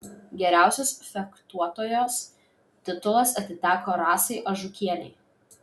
geriausios fechtuotojos titulas atiteko rasai ažukienei